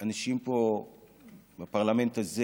אנשים פה בפרלמנט הזה